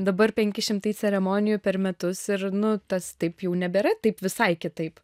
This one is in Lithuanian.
dabar penki šimtai ceremonijų per metus ir nu tas taip jau nebėra taip visai kitaip